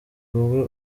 wowe